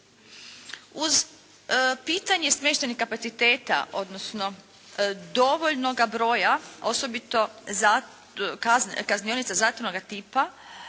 Uz pitanje smještajnih kapaciteta, odnosno dovoljnoga broja osobito kaznionica zatvorenoga tipa